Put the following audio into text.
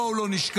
בואו לא נשכח,